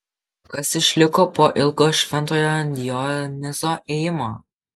kas išliko po ilgo šventojo dionizo ėjimo